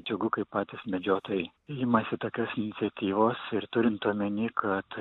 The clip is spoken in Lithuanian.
džiugu kai patys medžiotojai imasi tokios iniciatyvos ir turint omeny kad